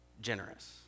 generous